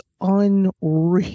unreal